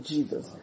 Jesus